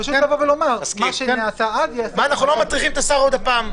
לא צריך להטריח את השר עוד פעם.